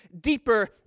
deeper